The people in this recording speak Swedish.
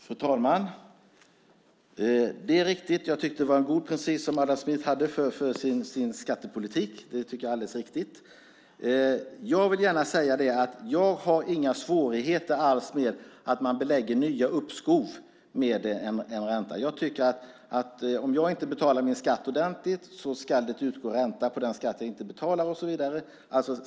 Fru talman! Det är riktigt att jag tyckte att det var en god princip som Adam Smith hade för sin skattepolitik. Det tycker jag är alldeles riktigt. Jag har inga svårigheter med att man belägger nya uppskov med en ränta. Om jag inte betalar min skatt ordentligt ska det utgå ränta på den skatt jag inte betalar, och så vidare.